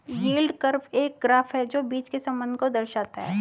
yield curve एक graph है जो बीच के संबंध को दर्शाता है